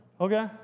Okay